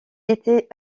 était